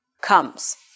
comes